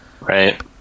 Right